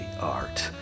art